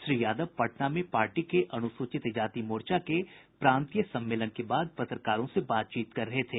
श्री यादव पटना में पार्टी के अनुसूचित जाति मोर्चा के प्रांतीय सम्मेलन के बाद पत्रकारों से बातचीत कर रहे थे